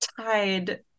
tied